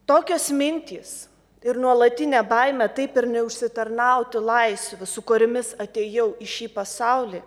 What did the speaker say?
tokios mintys ir nuolatinė baimė taip ir neužsitarnauti laisvių su kuriomis atėjau į šį pasaulį